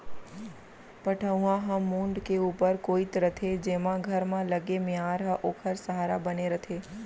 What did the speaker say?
पटउहां ह मुंड़ के ऊपर कोइत रथे जेमा घर म लगे मियार ह ओखर सहारा बने रथे